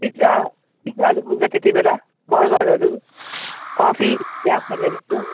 pizza पिज्जाहरू पनि हुन्छ त्यति बेला बर्गरहरू कफी चिया खानेले चिया